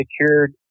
secured